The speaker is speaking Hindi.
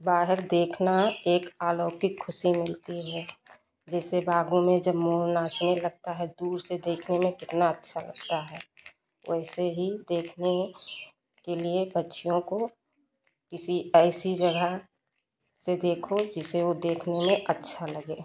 बाहर देखना एक आलौकिक खुशी मिलती है जैसे बागों में जब मोर नाचने लगता है दूर से देखने में कितना अच्छा लगता है वैसे ही देखने के लिए पक्षियों को किसी ऐसी जगह से देखो जिसे वो देखने में अच्छा लगे